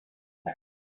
bed